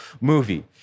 movie